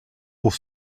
pour